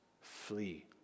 Flee